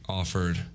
offered